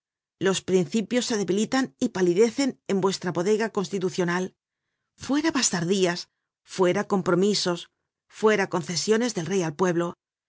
los principios se debilitan y palidecen en vuestra bodega constitucional fuera bastardías fuera compromisos fuera concesiones del rey al pueblo